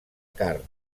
carn